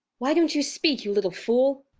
why don't you speak, you little fool?